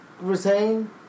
retain